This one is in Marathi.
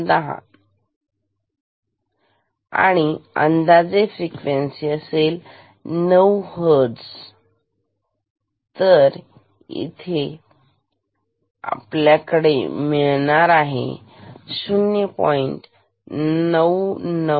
असेल आणि अंदाजे फ्रिक्वेन्सी असेल 9 हर्टझ तर तिथे त्रुटी असणार 0